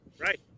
Right